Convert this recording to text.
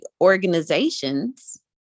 organizations